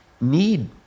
need